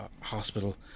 Hospital